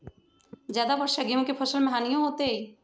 ज्यादा वर्षा गेंहू के फसल मे हानियों होतेई?